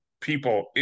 people